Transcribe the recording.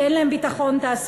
כי אין להם ביטחון תעסוקתי,